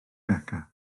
beca